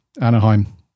Anaheim